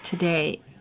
today